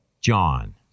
John